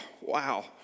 wow